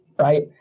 right